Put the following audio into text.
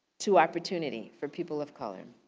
to opportunity for people of color.